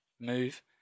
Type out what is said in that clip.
move